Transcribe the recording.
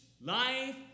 life